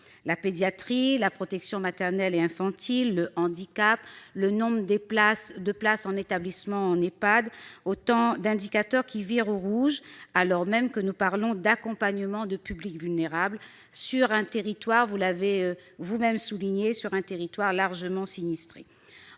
La pédiatrie, la protection maternelle et infantile, le handicap, le nombre de places en Ehpad : autant d'indicateurs qui virent au rouge, alors que nous parlons de l'accompagnement d'un public vulnérable sur un territoire, vous